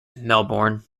melbourne